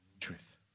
truth